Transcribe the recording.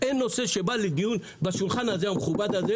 אין נושא שבא לדיון בשולחן המכובד הזה,